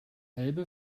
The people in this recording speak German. elbe